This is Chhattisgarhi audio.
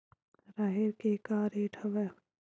राहेर के का रेट हवय?